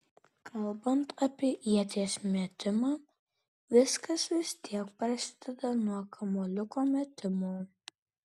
kalbant apie ieties metimą viskas vis tiek prasideda nuo kamuoliuko metimo